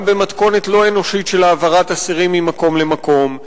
גם במתכונת לא אנושית של העברת אסירים ממקום למקום,